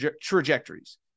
trajectories